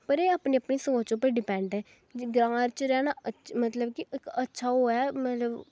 पर एह् अपनी अपनी सोच उप्पर डिपेंड ऐ ग्रांऽ च रैह्ना मतलब कि इक अच्छा ओह् ऐ मतलब